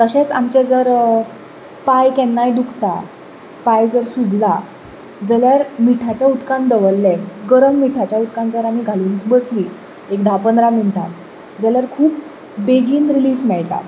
तशेंच आमचें जर पाय केन्नाय दुखता पाय जर सुजला जाल्यार मिठाच्या उदकांत दवरले गरम मिठाच्या उदकांत जर आमी घालून बसलीं एक धा पंदरा मिनटां जाल्यार खूब बेगीन रिलीफ मेळटा